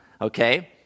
okay